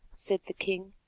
said the king,